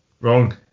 Wrong